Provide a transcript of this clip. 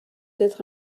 être